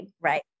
Right